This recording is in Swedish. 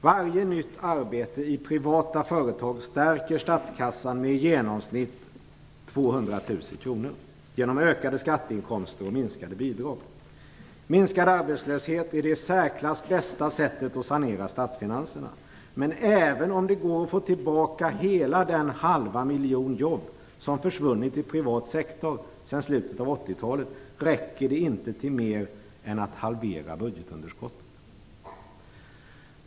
Varje nytt arbete i privata företag stärker statskassan med i genomsnitt 200 000 kr genom ökade skatteinkomster och minskade bidrag. Minskad arbetslöshet är det i särklass bästa sättet att sanera statsfinanserna. Men även om det går att få tillbaka hela den halva miljon jobb som försvunnit i privat sektor sedan slutet av 80-talet räcker det inte till mer än att halvera budgetunderskottet.